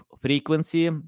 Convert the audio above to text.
frequency